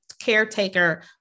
caretaker